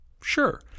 sure